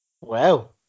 Wow